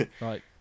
Right